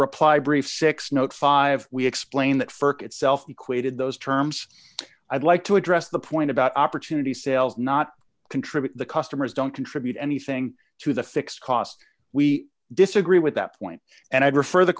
reply brief six notes five we explain that further itself equated those terms i'd like to address the point about opportunity sales not contribute the customers don't contribute anything to the fixed cost we disagree with that point and i'd refer the